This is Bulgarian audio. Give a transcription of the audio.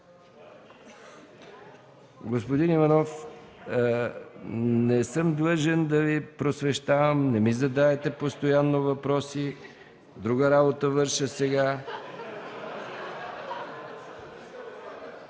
Господин Иванов, не съм длъжен да Ви просвещавам, не ми задавайте постоянно въпроси. Друга работа върша сега.